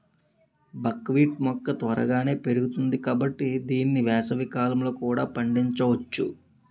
బక్ wheat మొక్క త్వరగానే పెరుగుతుంది కాబట్టి దీన్ని వేసవికాలంలో కూడా పండించొచ్చు